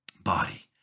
body